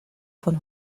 von